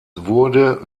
wurde